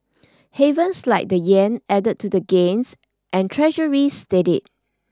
havens like the yen added to gains and treasuries steadied